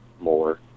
more